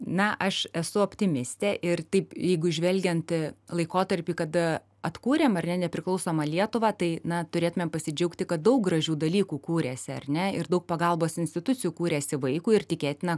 na aš esu optimistė ir taip jeigu žvelgianti laikotarpį kada atkūrėm ar ne nepriklausomą lietuvą tai na turėtumėm pasidžiaugti kad daug gražių dalykų kūrėsi ar ne ir daug pagalbos institucijų kūrėsi vaikui ir tikėtina